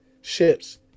ships